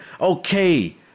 Okay